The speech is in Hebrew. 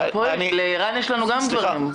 גם פה יש לנו דברים לערן.